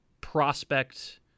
prospect